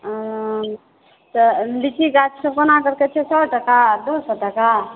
तऽ लीची गाछ सब कोना करिके छै सए टका आ दू सए टका